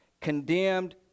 Condemned